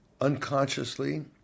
unconsciously